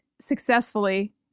successfully